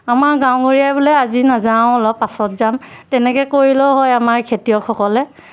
আমাৰ গাঁও বোলে আজি নাযাওঁ অলপ পাছত যাম তেনেকৈ কৰিলেও হয় আমাৰ খেতিয়কসকলে